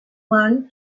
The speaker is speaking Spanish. wan